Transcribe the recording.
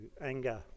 anger